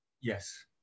Yes